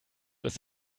ist